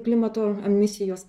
klimato emisijos